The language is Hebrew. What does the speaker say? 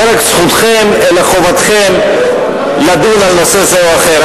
לא רק זכותכם אלא חובתכם לדון על נושא זה או אחר,